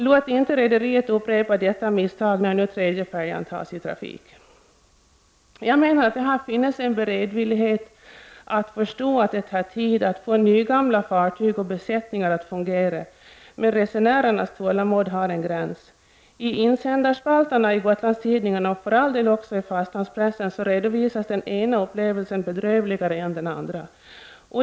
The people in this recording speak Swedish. Låt inte rederiet upprepa detta misstag när den tredje färjan tas i trafik. Jag menar att det har funnits en beredvillighet att förstå att det tar tid att få nygamla fartyg och besättningar att fungera. Men resenärernas tålamod har en gräns. I insändarspalterna i Gotlandstidningarna, för all del också i fastlandspressen, redovisas den ena upplevelsen bedrövligare än den andra.